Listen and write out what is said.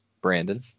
Brandon